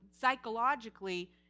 psychologically